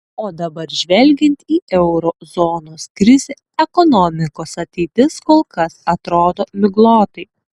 o dabar žvelgiant į euro zonos krizę ekonomikos ateitis kol kas atrodo miglotai